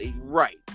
right